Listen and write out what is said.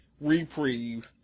reprieve